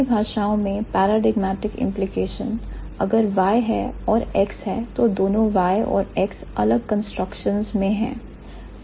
सभी भाषाओं में paradigmatic implication अगर Y है और X है तो दोनों Y और X अलग कंस्ट्रक्शंस में है